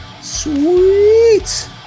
sweet